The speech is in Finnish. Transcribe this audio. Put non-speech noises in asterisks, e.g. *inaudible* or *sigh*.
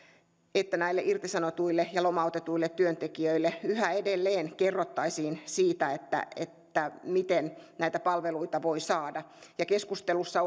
että näille irtisanotuille ja lomautetuille työntekijöille yhä edelleen kerrottaisiin siitä miten näitä palveluita voi saada keskustelussa *unintelligible*